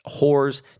whores